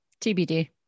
TBD